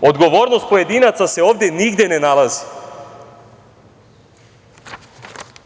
odgovornost pojedinaca se ovde nigde ne nalazi.